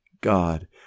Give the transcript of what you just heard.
god